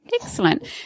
excellent